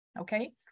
okay